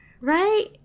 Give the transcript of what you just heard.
Right